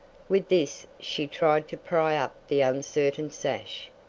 with this she tried to pry up the uncertain sash,